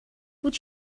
would